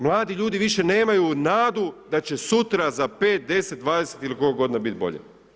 Mladi ljudi više nemaju nadu da će sutra, za 5, 10, 20 ili koliko godina biti bolje.